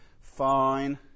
Fine